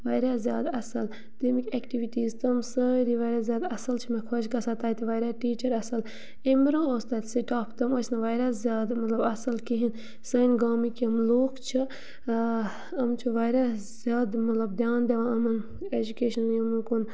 واریاہ زیادٕ اَصٕل تَمِکۍ اٮ۪کٹِوِٹیٖز تِم سٲری واریاہ زیادٕ اَصٕل چھِ مےٚ خۄش گژھان تَتہِ واریاہ ٹیٖچَر اَصٕل اَمہِ برٛونٛہہ اوس تَتہِ سٹاف تِم ٲسۍ نہٕ واریاہ زیادٕ مطلب اَصٕل کِہیٖنۍ سٲنۍ گامٕکۍ یِم لوٗکھ چھِ یِم چھِ واریاہ زیادٕ مطلب دھیان دِوان یِمَن ایجکیشَن یِمَن کُن